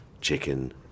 chicken